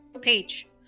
page